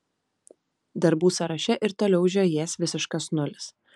darbų sąraše ir toliau žiojės visiškas nulis